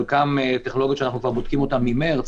חלקן טכנולוגיות שאנחנו בודקים כבר ממרץ,